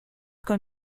con